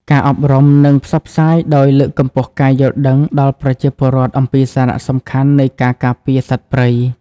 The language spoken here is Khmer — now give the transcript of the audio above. ការអប់រំ និងផ្សព្វផ្សាយដោយ លើកកម្ពស់ការយល់ដឹងដល់ប្រជាពលរដ្ឋអំពីសារៈសំខាន់នៃការការពារសត្វព្រៃ។